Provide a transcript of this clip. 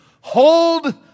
hold